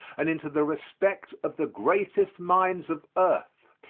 and into the respect of the greatest minds of earth,